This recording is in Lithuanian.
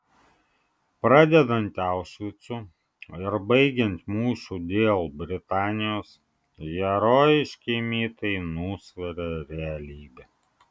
pradedant aušvicu ir baigiant mūšiu dėl britanijos herojiški mitai nusveria realybę